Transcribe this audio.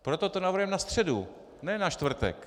Proto to navrhujeme na středu, ne na čtvrtek.